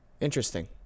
Interesting